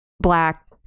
black